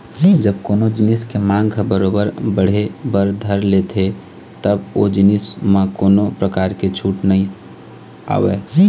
जब कोनो जिनिस के मांग ह बरोबर बढ़े बर धर लेथे तब ओ जिनिस म कोनो परकार के छूट नइ आवय